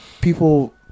people